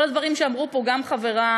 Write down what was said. כל הדברים שאמרו פה חברי,